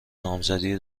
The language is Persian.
نامزدی